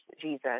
Jesus